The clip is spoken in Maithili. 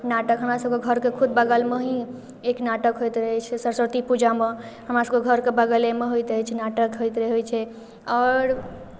नाटक हमरासभके खुद बगलमे ही एक नाटक होइत अछि सरस्वती पूजामे हमरासभके घरके बगलेमे होइत अछि नाटक होइत रहै छै आओर